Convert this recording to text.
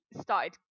started